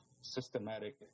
systematic